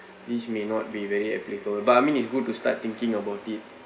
this may not be very applicable but I mean is good to start thinking about it